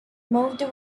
moved